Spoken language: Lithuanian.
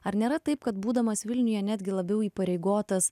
ar nėra taip kad būdamas vilniuje netgi labiau įpareigotas